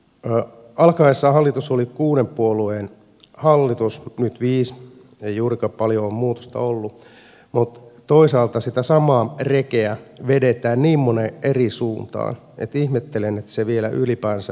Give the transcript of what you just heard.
toisaalta alkaessaan hallitus oli kuuden puolueen hallitus nyt viiden ei juurikaan paljon ole muutosta ollut ja sitä samaa rekeä vedetään niin moneen eri suuntaan että ihmettelen että se vielä ylipäänsä on kasassa